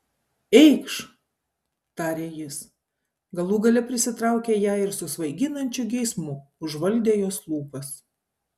eikš tarė jis galų gale prisitraukė ją ir su svaiginančiu geismu užvaldė jos lūpas